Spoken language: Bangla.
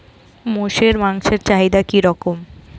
মোষের মাংসের চাহিদা কি রকম?